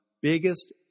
biggest